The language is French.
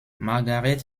margaret